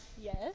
Yes